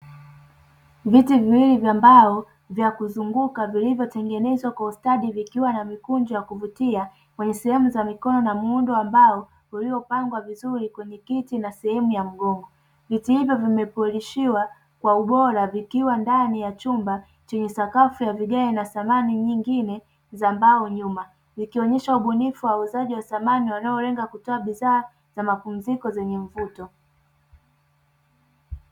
Viti wiwili vya mbao vya kuzunguka vilivyotengenezwa kwa ustadi vikiwa na mikunjo ya kuvutia kwenye sehemu za mikono na muundo wa mbao uliopangwa vizuri kwenye kiti na sehemu ya mgongo. Viti hivyo vimepolishiwa kwa ubora vikiwa ndani ya chumba chenye sakafu ya vigae na samani nyingine za mbao nyuma, ikionyesha ubunifu wa uuzaji wa samani unaolenga kutoa bidhaa za mapumziko zenye mvuto.